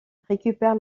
récupère